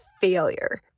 failure